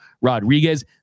Rodriguez